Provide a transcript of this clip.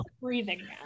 breathing